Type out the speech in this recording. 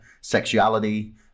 sexuality